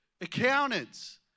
accountants